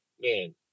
man